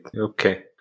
okay